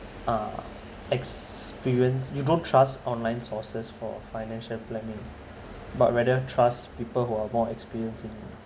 uh experience you don't trust online sources for financial planning but rather trust people who are more experienced in